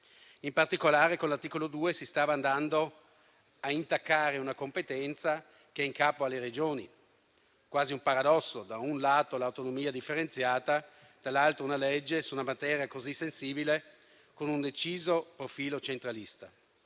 In particolare, con l'articolo 2 si stava andando a intaccare una competenza che è in capo alle Regioni, quasi con un paradosso: da un lato l'autonomia differenziata, dall'altro una legge su una materia così sensibile con un deciso profilo centralista.